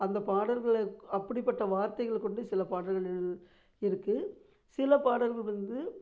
அந்த பாடல்களை அப்படிபட்ட வார்த்தைகள் கொண்டு சில பாடல்கள் இருக்குது சில பாடல்கள் வந்து